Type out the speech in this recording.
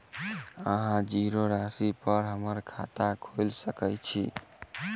अहाँ जीरो राशि पर हम्मर खाता खोइल सकै छी?